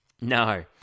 No